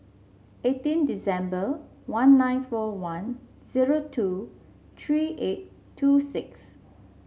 eighteen December one nine four one zero two three eight two six